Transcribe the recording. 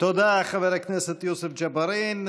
תודה, חבר הכנסת יוסף ג'בארין.